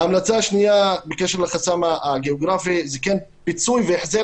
ההמלצה השנייה בקשר לחסם הגיאוגרפי הוא כן פיצוי והחזר